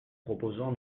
proposons